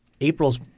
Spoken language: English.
April's